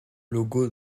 logo